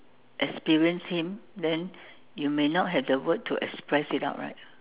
experienced him then you may not have the word to express it out right